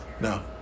no